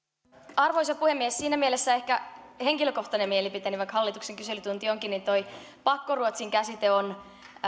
arvoisa puhemies tämä on ehkä henkilökohtainen mielipiteeni vaikka hallituksen kyselytunti onkin pakkoruotsi käsite on